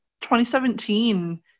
2017